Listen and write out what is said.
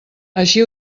així